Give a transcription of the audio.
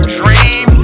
dream